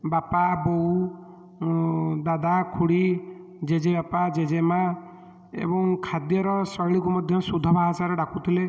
ବାପା ବୋଉ ଦାଦା ଖୁଡ଼ି ଜେଜେବାପା ଜେଜେମା' ଏବଂ ଖାଦ୍ୟର ଶୈଳୀକୁ ମଧ୍ୟ ଶୁଦ୍ଧ ଭାଷାରେ ଡ଼ାକୁଥିଲେ